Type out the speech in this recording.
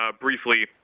briefly